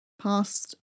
past